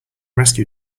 rescue